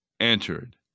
entered